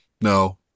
No